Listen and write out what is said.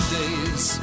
days